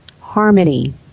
harmony